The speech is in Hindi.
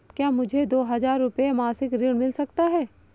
क्या मुझे दो हज़ार रुपये मासिक ऋण मिल सकता है?